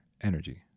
energy